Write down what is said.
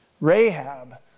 Rahab